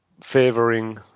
favoring